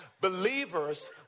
Believers